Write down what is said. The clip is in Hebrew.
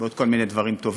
ועוד כל מיני דברים טובים,